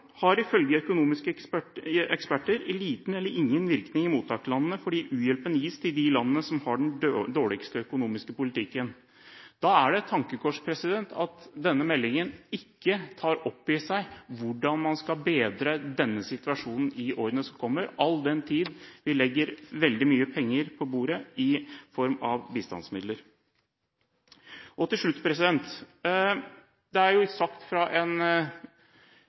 har ifølge økonomiske eksperter liten eller ingen virkning i mottakerlandene, fordi u-hjelpen gis til de landene som har den dårligste økonomiske politikken. Da er det et tankekors at denne meldingen ikke tar opp i seg hvordan man skal bedre denne situasjonen i årene som kommer, all den tid vi legger veldig mye penger på bordet i form av bistandsmidler. Til slutt: Det er jo sagt av en